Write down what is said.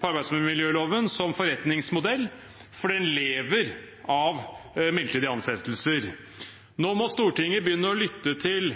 på arbeidsmiljøloven som forretningsmodell, for den lever av midlertidige ansettelser. Nå må Stortinget begynne å lytte til